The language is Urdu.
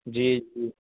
جی جی